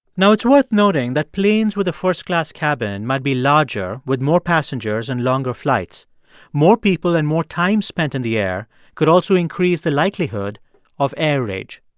now, it's worth noting that planes with a first class cabin might be larger, with more passengers and longer flights more people and more time spent in the air could also increase the likelihood of air rage.